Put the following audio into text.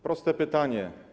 Proste pytanie.